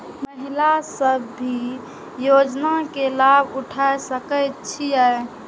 महिला सब भी योजना के लाभ उठा सके छिईय?